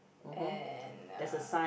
and uh